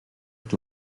het